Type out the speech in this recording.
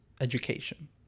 education